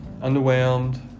underwhelmed